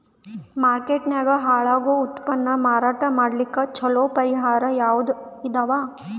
Market ನಾಗ ಹಾಳಾಗೋ ಉತ್ಪನ್ನ ಮಾರಾಟ ಮಾಡಲಿಕ್ಕ ಚಲೋ ಪರಿಹಾರ ಯಾವುದ್ ಇದಾವ?